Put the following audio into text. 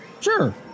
Sure